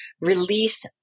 release